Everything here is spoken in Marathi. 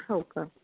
हो का